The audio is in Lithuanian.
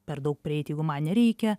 per daug prieit jeigu man nereikia